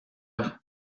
l’air